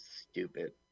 stupid